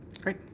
Great